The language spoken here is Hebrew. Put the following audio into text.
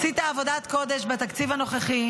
עשית עבודת קודש בתקציב הנוכחי,